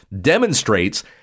demonstrates